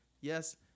yes